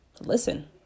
listen